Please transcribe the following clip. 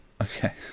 Okay